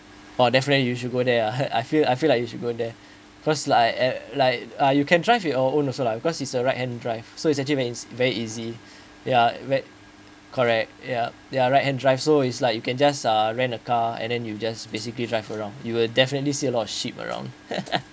!wah! definitely you should go there uh I feel I feel like you should go there cause like uh like uh you can try with your own also lah because it's a right hand drive so it's actually very ea~ very easy ya when correct ya there are right hand drive so it's like you can just uh rent a car and then you just basically drive around you will definitely see a lot of sheep around